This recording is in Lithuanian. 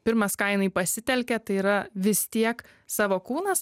pirmas ką jinai pasitelkia tai yra vis tiek savo kūnas